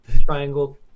Triangle